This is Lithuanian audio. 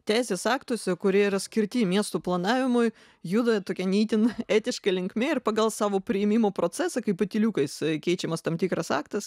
teisės aktuose kurie yra skirti miestų planavimui juda tokia ne itin etiška linkme ir pagal savo priėmimo procesą kai patyliukais keičiamas tam tikras aktas